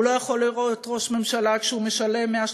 הוא לא יכול להיות ראש ממשלה כשהוא משלם 130